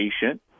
patient